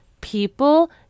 People